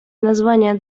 названия